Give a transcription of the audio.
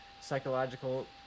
psychological